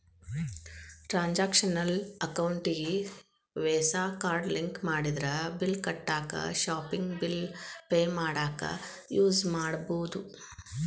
transactional ಅಕೌಂಟಿಗಿ Visa card link ಮಾಡಿದ್ರ bill ಕಟ್ಟಾಕ ಶಾಪಿಂಗ್ ಬಿಲ್ ಪೆ ಮಾಡಾಕ ಯೂಸ್ ಮಾಡಬೋದು